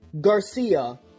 Garcia